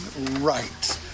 right